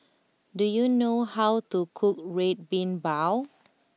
do you know how to cook Red Bean Bao